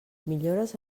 millores